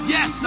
Yes